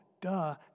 duh